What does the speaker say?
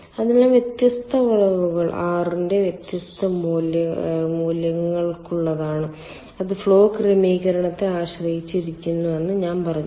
അതിനാൽ വ്യത്യസ്ത വളവുകൾ R ന്റെ വ്യത്യസ്ത മൂല്യങ്ങൾക്കുള്ളതാണ് അത് ഫ്ലോ ക്രമീകരണത്തെ ആശ്രയിച്ചിരിക്കുന്നുവെന്ന് ഞാൻ പറഞ്ഞു